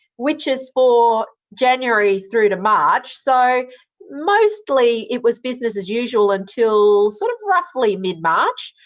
which is for january through to march, so mostly it was business as usual until sort of roughly mid-march.